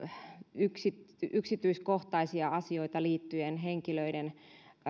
yksityiskohtaisia asioita liittyen henkilöiden